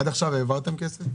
עד עכשיו העברתם כסף?